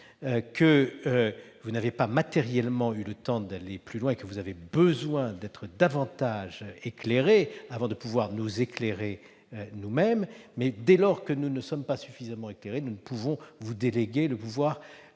bien, vous n'avez pas matériellement eu le temps d'aller plus loin. Vous avez sans doute besoin d'être davantage éclairée avant de pouvoir nous éclairer vous-même, mais, dès lors que nous ne sommes pas suffisamment éclairés, nous ne pouvons vous déléguer le pouvoir